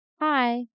Hi